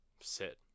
sit